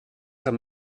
sap